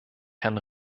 herrn